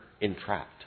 entrapped